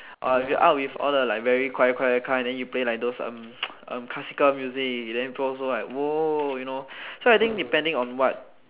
uh if you out with all the like very quiet quiet kind then you play like those um um classical music then people also like !woah! you know so I think depending on what